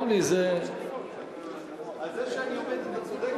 אני אומנם עומד, אבל מקשיב.